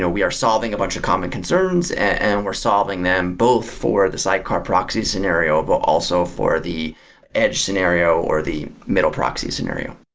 ah we are solving a bunch of common concerns and we're solving them both for the sidecar proxy scenario, but also for the edge scenario or the middle proxy scenario